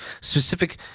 specific